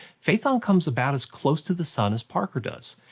phaethon comes about as close to the sun as parker does.